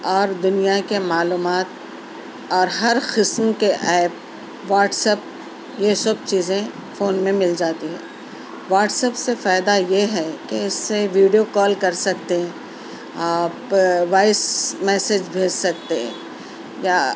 اور دنیا کے معلومات اور ہر قسم کے ایپ واٹس ایپ یہ سب چیزیں فون میں مل جاتی ہیں واٹس ایپ سے فائدہ یہ ہے کہ اس سے ویڈیو کال کر سکتے ہیں آپ وائس میسج بھیج سکتے یا